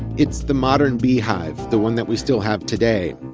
it's the modern beehive, the one that we still have today.